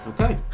Okay